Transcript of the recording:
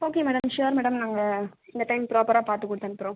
okay madam sure madam நாங்கள் இந்த time ப்ராப்பரா பார்த்து கொடுத்தனுப்புறோம்